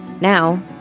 Now